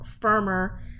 firmer